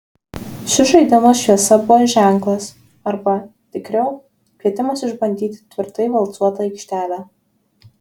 šis žaidimas šviesa buvo ženklas arba tikriau kvietimas išbandyti tvirtai valcuotą aikštelę